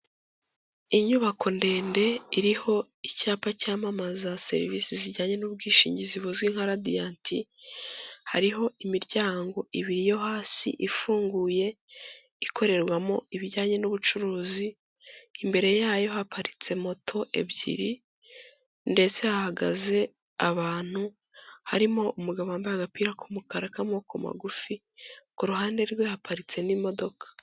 Inyubako ndende iriho icyapa cyamamaza serivisi zijyanye n'ubwishingizi buzwi nka Radiant, hariho imiryango ibiri yo hasi ifunguye ikorerwamo ibijyanye n'ubucuruzi, imbere yayo haparitse moto ebyiri ndetse hahagaze abantu, harimo umugabo wambaye agapira k'umukara k'amaboko magufi, ku ruhande rwe haparitse n'imodoka.